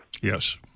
Yes